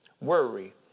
worry